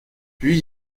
puis